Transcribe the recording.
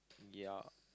ya